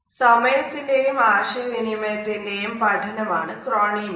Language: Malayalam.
സമയത്തിന്റെയും ആശയവിനിമയത്തിന്റെയും പഠനമാണ് ക്രൊനീമിക്സ്